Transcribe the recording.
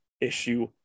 issue